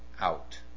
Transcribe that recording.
out